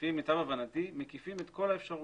לפי מיטב הבנתי מקיפים את כל האפשרויות.